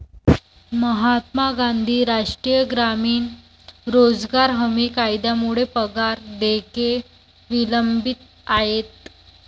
महात्मा गांधी राष्ट्रीय ग्रामीण रोजगार हमी कायद्यामुळे पगार देयके विलंबित आहेत